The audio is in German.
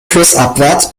flussabwärts